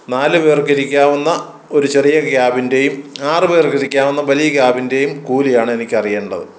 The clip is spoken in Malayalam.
നാലു പേർക്ക് ഇരിക്കാവുന്ന ഒരു ചെറിയ ക്യാബിൻറ്റേയും ആറുപേർക്ക് ഇരിക്കാവുന്ന വലിയ ക്യാബിൻറ്റേയും കൂലിയാണ് എനിക്കറിയേണ്ടത്